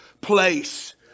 place